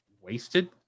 wasted